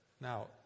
Now